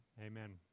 amen